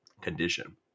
condition